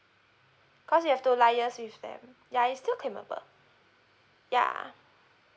cause you have to liaise with them ya it's still claimable ya